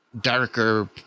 darker